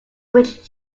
which